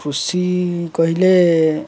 କୃଷି କହିଲେ